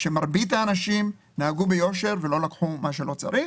שמרבית האנשים נהגו ביושר ולא לקחו מה שלא צריך.